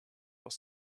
was